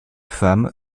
femme